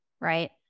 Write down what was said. right